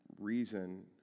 reason